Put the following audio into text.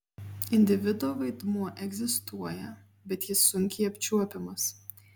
individo vaidmuo egzistuoja bet jis sunkiai apčiuopiamas